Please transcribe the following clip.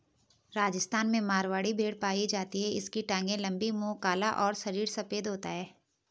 राजस्थान में मारवाड़ी भेड़ पाई जाती है इसकी टांगे लंबी, मुंह काला और शरीर सफेद होता है